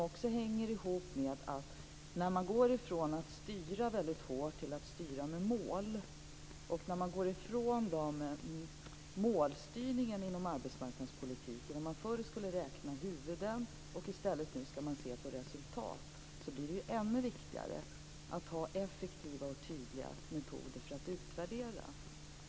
Det hänger ihop med att när man går från att styra väldigt hårt till målstyrning inom arbetsmarknadspolitiken - förr skulle man räkna huvuden och nu skall man i stället se på resultat - blir det ännu viktigare att ha effektiva och tydliga metoder för att utvärdera.